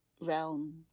realm